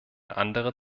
andere